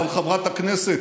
אבל חברת הכנסת,